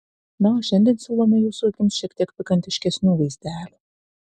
na o šiandien siūlome jūsų akims šiek tiek pikantiškesnių vaizdelių